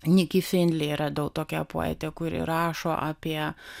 niki finli radau tokią poetę kuri rašo apie